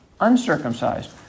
uncircumcised